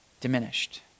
diminished